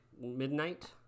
midnight